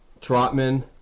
Trotman